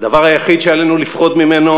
"הדבר היחיד שעלינו לפחוד ממנו